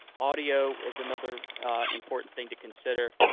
audio is another important thing to consider,